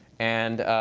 and